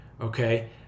okay